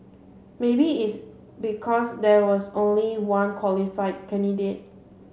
maybe it's because there was only one qualified candidate